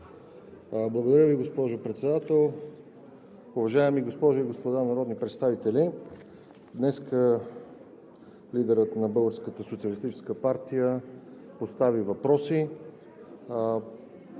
Благодаря Ви, госпожо Председател. Уважаеми госпожи и господа народни представители! Днес лидерът на Българската социалистическа партия постави въпроси,